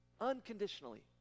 unconditionally